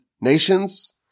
nations